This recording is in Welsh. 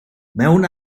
mewn